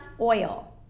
oil